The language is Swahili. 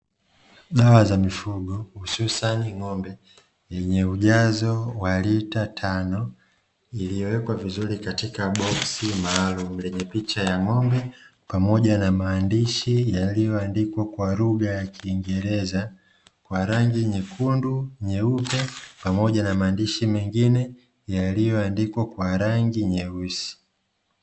Dawa za mifugo hususani ng'ombe yenye ujazo waliita tano iliyowekwa vizuri katika boksi maalumu lenye picha ya ng'ombe, pamoja na maandishi yaliyoandikwa kwa lugha ya kiingereza kwa rangi nyekundu nyeupe pamoja na maandishi mengine yaliyoandikwa kwa rangi nyeusi.